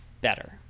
better